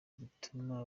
gituma